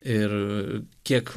ir kiek